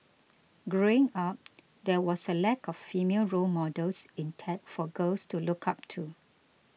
growing up there was a lack of female role models in tech for girls to look up to